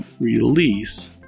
release